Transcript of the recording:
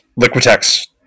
Liquitex